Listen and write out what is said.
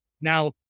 now